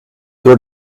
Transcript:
door